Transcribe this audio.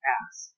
ask